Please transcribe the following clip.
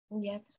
Yes